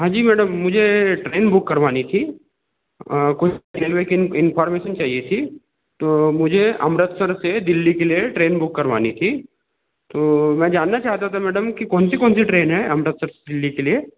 हाँ जी मैडम मुझे ट्रेन बुक करवानी थी कुछ रेलवे की इन इंफारमेसन चाहिए थी तो मुझे अमृतसर से दिल्ली के लिए ट्रेन बुक करवानी थी तो मैं जानना चाहता था मैडम की कौन सी कौन सी ट्रेन है अमृतसर दिल्ली के लिए